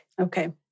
Okay